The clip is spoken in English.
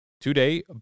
Today